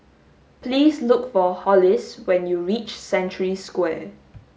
please look for Hollis when you reach Century Square